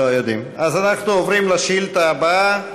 אנחנו עוברים לשאילתה הבאה,